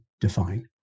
define